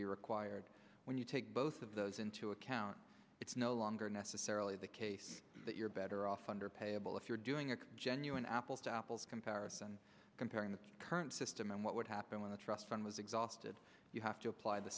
be required when you take both of those into account it's no longer necessarily the case that you're better off under payable if you're doing a genuine apples to apples comparison comparing the current system and what would happen when the trust fund was exhausted you have to apply the